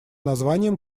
названием